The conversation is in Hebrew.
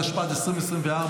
התשפ"ד 2024,